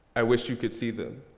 i wish you could see them.